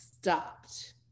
stopped